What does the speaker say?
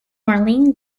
marlene